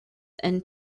and